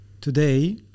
Today